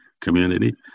community